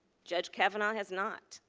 judge kavanaugh has not.